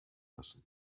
lassen